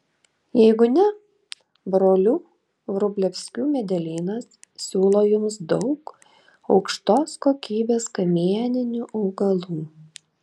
jeigu ne brolių vrublevskių medelynas siūlo jums daug aukštos kokybės kamieninių augalų